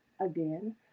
Again